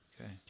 Okay